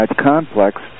complex